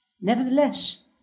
Nevertheless